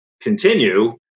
continue